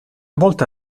volta